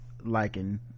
liking